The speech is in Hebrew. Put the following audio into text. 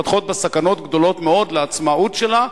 מתפתחות בה סכנות גדולות מאוד לעצמאות שלה,